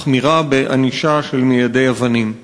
מחמירה בענישה של מיידי אבנים.